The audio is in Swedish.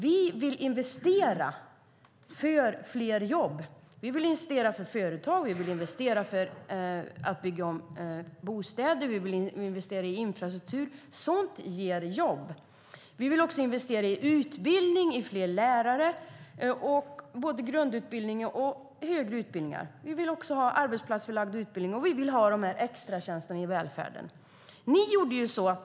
Vi vill investera för fler jobb. Vi vill investera för företag. Vi vill investera för att bygga om bostäder. Vi vill investera i infrastruktur. Sådant ger jobb. Vi vill också investera i utbildning och i fler lärare. Det gäller både grundutbildning och högre utbildningar. Vi vill ha arbetsplatsförlagd utbildning, och vi vill ha de här extratjänsterna i välfärden.